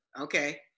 Okay